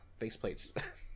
faceplates